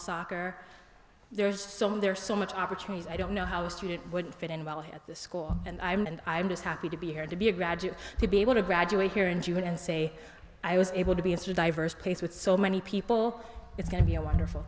soccer there's some there's so much opportunity i don't know how soon it would fit in well here at the school and i'm and i'm just happy to be here to be a graduate to be able to graduate here in june and say i was able to be answered diverse place with so many people it's going to be a wonderful